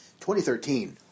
2013